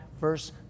verse